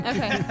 Okay